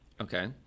Okay